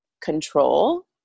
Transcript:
control